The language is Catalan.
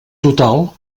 total